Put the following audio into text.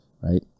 right